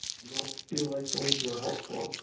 you don't feel like going to a health club,